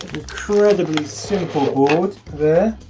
incredibly simple board there.